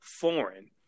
foreign